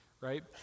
right